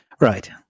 Right